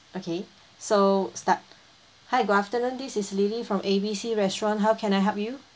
okay so start hi good afternoon this is lily from A B C restaurant how can I help you